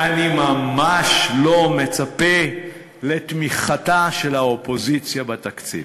אני ממש לא מצפה לתמיכתה של האופוזיציה בתקציב.